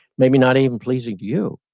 maybe not even pleasing to you,